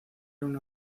una